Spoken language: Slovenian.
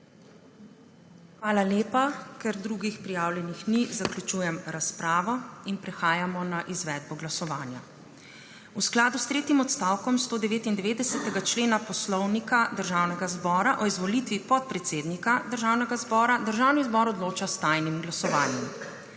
Hvala lepa. Ker drugih prijavljenih ni, zaključujem razpravo. Prehajamo na izvedbo glasovanja. V skladu s tretjim odstavkom 199. člena Poslovnika Državnega zbora o izvolitvi podpredsednika Državnega zbora Državni zbor odloča s tajnim glasovanjem.